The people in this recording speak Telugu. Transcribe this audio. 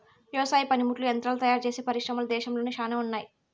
వ్యవసాయ పనిముట్లు యంత్రాలు తయారుచేసే పరిశ్రమలు దేశంలో శ్యానా ఉన్నాయి